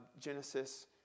Genesis